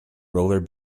roller